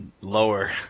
Lower